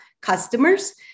customers